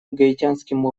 гаитянским